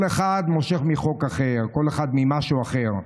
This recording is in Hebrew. כל אחד מושך לחוק אחר, כל אחד ממשהו אחר.